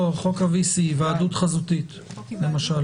לא, לחוק ה-VC, היוועדות חזותית, למשל.